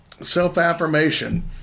self-affirmation